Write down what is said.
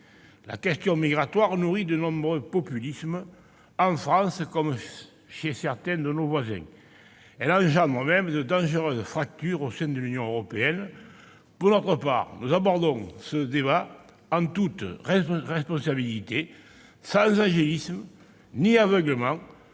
La question migratoire nourrit de nombreux populismes, en France, comme chez certains de nos voisins. Elle entraîne même de dangereuses fractures au sein de l'Union européenne. Pour notre part, nous abordons ce débat en toute responsabilité, sans angélisme ni aveuglement,